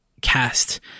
cast